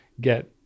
get